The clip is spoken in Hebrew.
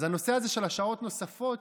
אז הנושא הזה של השעות הנוספות,